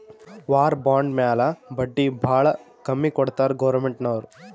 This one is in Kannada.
ವಾರ್ ಬಾಂಡ್ ಮ್ಯಾಲ ಬಡ್ಡಿ ಭಾಳ ಕಮ್ಮಿ ಕೊಡ್ತಾರ್ ಗೌರ್ಮೆಂಟ್ನವ್ರು